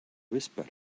whisper